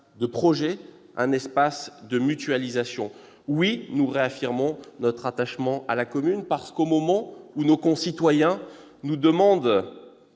de projets et de mutualisation. Oui, nous réaffirmons notre attachement à la commune. Au moment où nos concitoyens nous demandent